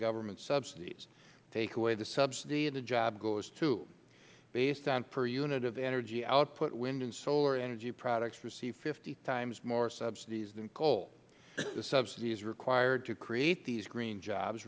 government's subsidies take away the subsidy the job goes too based on per unit of energy output wind and solar energy products received fifty times more subsidy than coal the subsidies required to create these green jobs